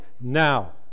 now